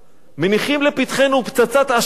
מניחים לפתחנו פצצת השהיה,